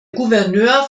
gouverneur